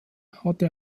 hatte